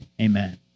Amen